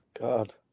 God